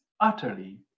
utterly